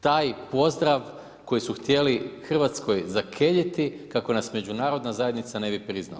Taj pozdrav koji su htjeli Hrvatskoj zakeljiti kako nas Međunarodna zajednica ne bi priznala.